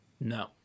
no